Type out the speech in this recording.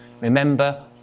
Remember